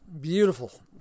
Beautiful